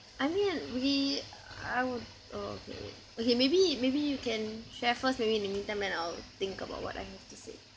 I mean we I would uh okay okay maybe maybe you can share first maybe in the meantime then I'll think about what I have to say